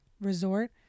resort